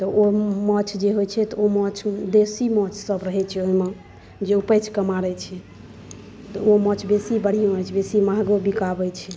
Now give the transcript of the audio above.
तऽ ओ माछ जे होइत छै तऽ ओ माछ देशी माछसभ रहैत छै ओहिमे जे ऊपछिकऽ मारैत छै तऽ ओ माछ बेसी बढ़िआँ होइत छै बेसी महगो बिकाबय छै